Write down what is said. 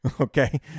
okay